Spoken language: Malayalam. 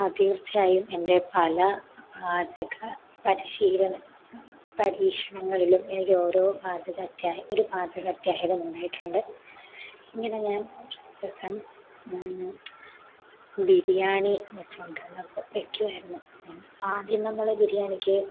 ആ തീർച്ചയായും എൻ്റെ പല പാചക പരിശീലന പരീക്ഷണങ്ങളിലും എനിക്കോരോ പാചക അത്യാഹിതം ഒരു പാചക അത്യാഹിതം ഉണ്ടായിട്ടുണ്ട് ഇങ്ങനെ ഞാൻ ഒരു ദിവസം ബിരിയാണി വെച്ച് കൊണ്ടിരുന്നപ്പോൾ വെക്കുവായിരുന്നു മീൻസ് ആദ്യം നമ്മള് ബിരിയാണിക്ക്